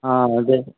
हाँ उधर